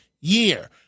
year